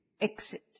Exit